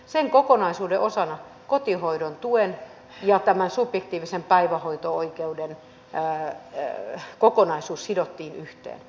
sen kokonaisuuden osana kotihoidon tuen ja tämän subjektiivisen päivähoito oikeuden kokonaisuus sidottiin yhteen